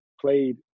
played